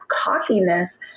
cockiness